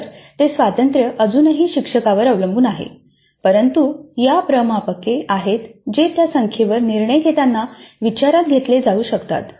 तर ते स्वातंत्र्य अजूनही शिक्षकावर अवलंबून आहे परंतु या प्रमापके आहेत जे त्या संख्येवर निर्णय घेताना विचारात घेतले जाऊ शकतात